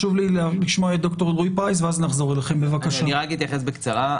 אני אתייחס בקצרה.